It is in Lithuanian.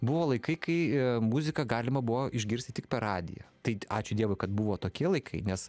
buvo laikai kai muziką galima buvo išgirsti tik per radiją tai ačiū dievui kad buvo tokie laikai nes